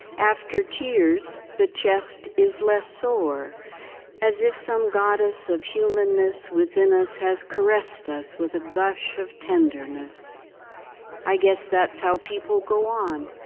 after tears, the chest is less sore as if some goddess of humanness within us has caressed us with a gush of tenderness i guess that's how people go on,